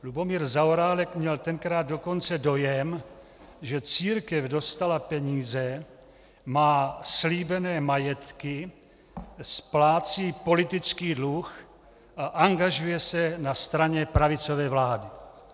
Lubomír Zaorálek měl tenkrát dokonce dojem, že církev dostala peníze, má slíbené majetky, splácí politický dluh a angažuje se na straně pravicové vlády.